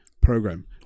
program